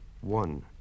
One